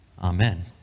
Amen